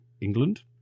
England